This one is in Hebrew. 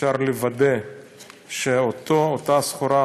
שמאפשר לוודא שאותה סחורה,